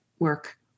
work